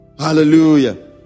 hallelujah